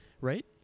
Right